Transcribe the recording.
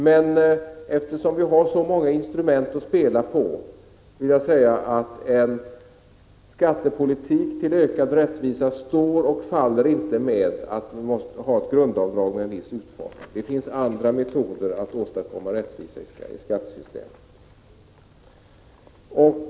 Men eftersom vi har så många instrument att spela på är det inte så att en skattepolitik som syftar till ökad rättvisa står och faller med att man har ett grundavdrag med en viss utformning. Det finns andra metoder för att åstadkomma rättvisa i skattesystemet.